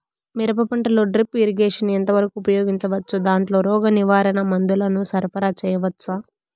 మిరప పంటలో drip irrigation ఎంత వరకు ఉపయోగించవచ్చు, దాంట్లో రోగ నివారణ మందుల ను సరఫరా చేయవచ్చా?